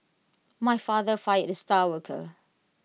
my father fired the star worker